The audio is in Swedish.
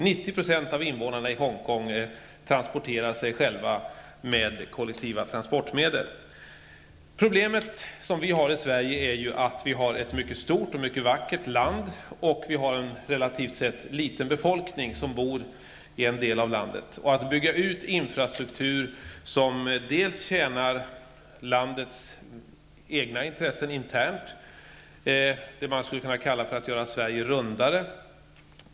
90 % av invånarna i Hongkong låter sig transporteras med kollektiva trafikmedel. Problemet i Sverige -- som är ett mycket vidsträckt och vackert land -- är att befolkningen, som relativt sett är liten, huvudsakligen bor i en och samma del av landet. Infrastrukturen måste alltså byggas ut för att kunna tjäna landets egna intressen, dvs. internt. Man kan säga att det här handlar om att göra Sverige rundare.